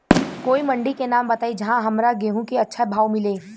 कोई मंडी के नाम बताई जहां हमरा गेहूं के अच्छा भाव मिले?